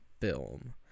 film